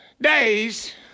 days